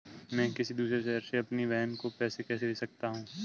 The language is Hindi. मैं किसी दूसरे शहर से अपनी बहन को पैसे कैसे भेज सकता हूँ?